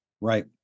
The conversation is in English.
right